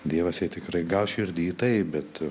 dievas jai tikrai gal širdy taip bet